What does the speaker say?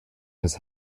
his